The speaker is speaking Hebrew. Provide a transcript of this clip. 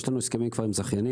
יש לנו הסכמים כבר עם זכיינים,